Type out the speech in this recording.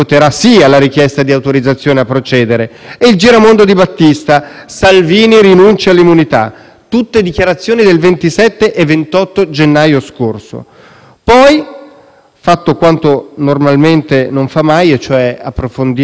tutte dichiarazioni del 27 e 28 gennaio scorso. Poi, fatto quanto normalmente non fa mai e cioè approfondire le carte, Salvini scopre che probabilmente se andasse davanti ai giudici